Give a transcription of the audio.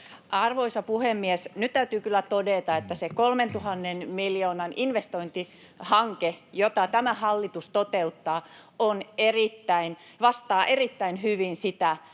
Arvoisa puhemies! Nyt täytyy kyllä todeta, että se 3 000 miljoonan investointihanke, jota tämä hallitus toteuttaa, vastaa erittäin hyvin sitä,